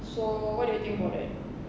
so what do you think about that